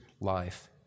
life